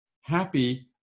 Happy